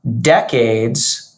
decades